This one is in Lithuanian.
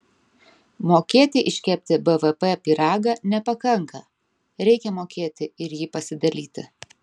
mokėti iškepti bvp pyragą nepakanka reikia mokėti ir jį pasidalyti